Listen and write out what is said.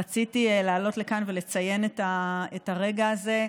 רציתי לעלות לכאן ולציין את הרגע הזה.